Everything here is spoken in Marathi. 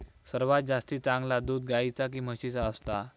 सर्वात जास्ती चांगला दूध गाईचा की म्हशीचा असता?